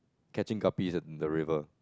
catching guppies in the river